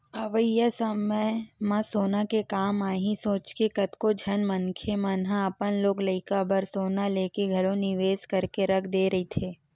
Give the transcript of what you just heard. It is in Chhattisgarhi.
अवइया समे म सोना के काम आही सोचके कतको झन मनखे मन ह अपन लोग लइका बर सोना लेके घलो निवेस करके रख दे रहिथे